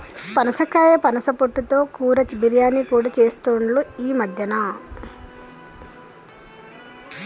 పనసకాయ పనస పొట్టు తో కూర, బిర్యానీ కూడా చెస్తాండ్లు ఈ మద్యన